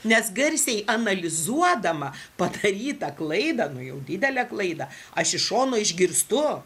nes garsiai analizuodama padarytą klaidą nu jau didelę klaidą aš iš šono išgirstu